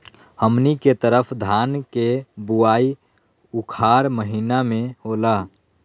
हमनी के तरफ धान के बुवाई उखाड़ महीना में होला